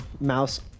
mouse